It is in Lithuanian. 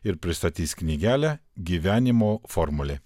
ir pristatys knygelę gyvenimo formulė